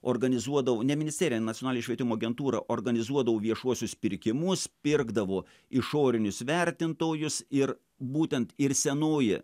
organizuodavo ne ministerija nacionalinė švietimo agentūra organizuodavo viešuosius pirkimus pirkdavo išorinius vertintojus ir būtent ir senoji